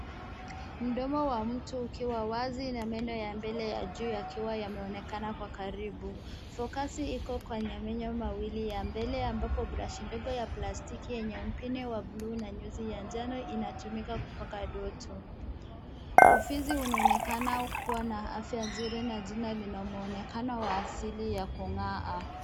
Mdomo wa mtu ukiwa wazi na meno ya mbele ya juu yakiwa yameonekana kwa karibu. Fokasi iko kwenye meno mawili ya mbele ambapo brashi ndogo ya plastiki yenye mpini wa bluu na nyuzi ya njano inatumika kupaka doto. Ufizi unaonekana ukiwa na afya nzuri na jino lina mwonekano wa asili ya kung'aa.